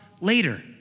later